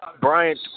Bryant